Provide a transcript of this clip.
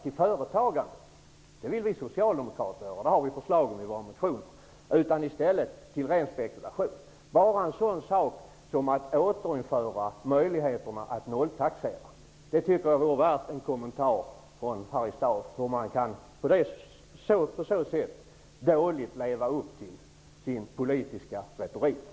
Man delar inte ut till arbetare och företagande, vilket vi socialdemokrater vill göra. Det har vi lagt fram förslag om. Att återinföra möjligheten att nolltaxera vore värt en kommentar från Harry Staaf. Hur kan man på ett så dåligt sätt leva upp till sin politiska retorik?